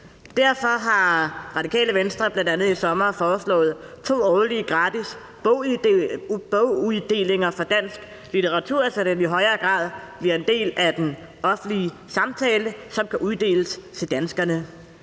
Derfor har Radikale Venstre i sommer bl.a. foreslået to årlige gratis boguddelinger til danskerne af dansk litteratur, så den i højere grad bliver en del af den offentlige samtale. Det håber vi også